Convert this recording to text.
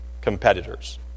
competitors